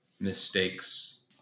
mistakes